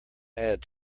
add